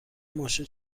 ماشین